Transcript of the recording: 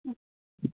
हूँ